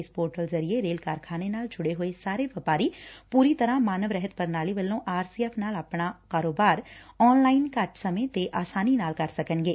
ਇਸ ਪੋਰਟਲ ਜ਼ਰੀਏ ਰੇਲ ਕਾਰਖਾਨੇ ਨਾਲ ਜੁੜੇ ਹੋਏ ਸਾਰੇ ਵਪਾਰੀ ਪੁਰੀ ਤਰ੍ਕਾ ਮਾਨਵ ਰਹਿਤ ਪੁਣਾਲੀ ਵੱਲੋਂ ਆਰ ਸੀ ਐਫ਼ ਨਾਲ ਆਪਣਾ ਕਾਰੋਬਾਰ ਆਨਲਾਈਨ ਘੱਟ ਸਮੇ ਡੇ ਆਸਾਨੀ ਨਾਲ ਕਰ ਸਕਣਗੇ